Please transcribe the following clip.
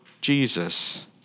Jesus